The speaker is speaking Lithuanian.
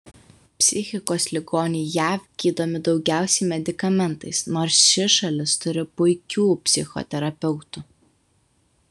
psichikos ligoniai jav gydomi daugiausiai medikamentais nors ši šalis turi puikių psichoterapeutų